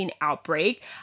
outbreak